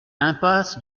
impasse